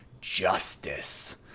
justice